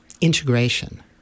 integration